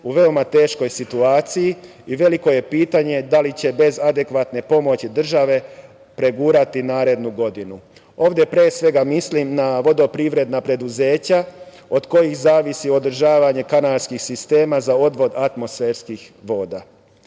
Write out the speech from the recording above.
u veoma teškoj situaciji i veliko je pitanje da li će bez adekvatne pomoći države pregurati narednu godinu. Ovde pre svega mislim na vodoprivredna preduzeća od kojih zavisi održavanje kanalskih sistema za odvod atmosferskih voda.I